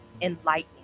enlightening